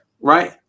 right